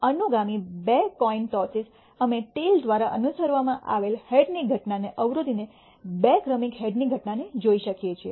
અનુગામી બે coin tosses અમે ટેઈલ દ્વારા અનુસરવામાં આવેલા હેડ ની ઘટનાને અવરોધીને બે ક્રમિક હેડની ઘટનાને જોઈ શકીએ છીએ